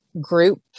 group